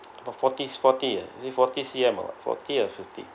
about forty forty ah is it forty C_M or what forty or fifty